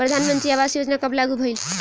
प्रधानमंत्री आवास योजना कब लागू भइल?